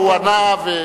הוא ענה,